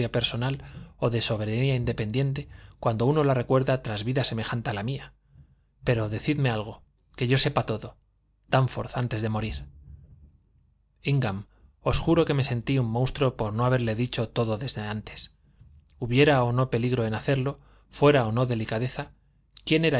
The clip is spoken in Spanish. personal o de soberanía independiente cuando uno la recuerda tras vida semejante a la mía pero decidme algo que yo sepa todo dánforth antes de morir íngham os juro que me sentí un monstruo por no haberle dicho todo desde antes hubiera o no peligro en hacerlo fuera o no delicadeza quién era